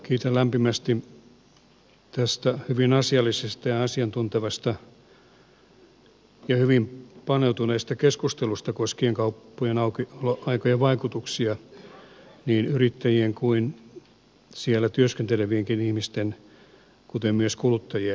kiitän lämpimästi tästä hyvin asiallisesta ja asiantuntevasta ja hyvin paneutuneesta keskustelusta koskien kauppojen aukioloaikojen vaikutuksia niin yrittäjien kuin siellä työskentelevien ihmisten kuten myös kuluttajien asemaan